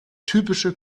typische